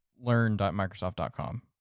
learn.microsoft.com